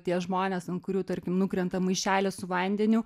tie žmonės ant kurių tarkim nukrenta maišelis su vandeniu